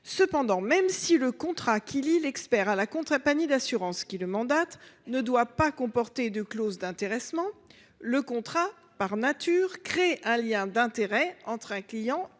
d’assurances. Même si le contrat qui lie l’expert à la compagnie d’assurances qui le mandate ne doit pas comporter de clauses d’intéressement, le contrat, par nature, crée un lien d’intérêt entre un client et un